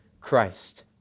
Christ